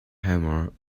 hammer